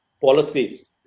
policies